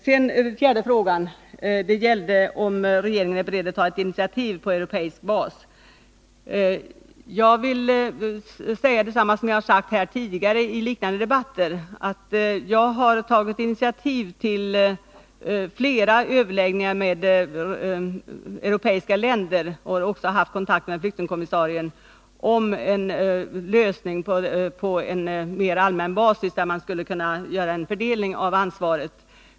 Sedan till den fjärde frågan som gällde om regeringen är beredd att ta ett initiativ på europeisk bas. Jag vill då säga samma sak som jag har sagt tidigare iliknande debatter, nämligen att jag har tagit initiativ till flera överläggningar med europeiska länder och att jag också har haft kontakt med flyktingkommissarien. Det gällde en lösning på en mera allmän basis, där man skulle kunna göra en fördelning av ansvaret.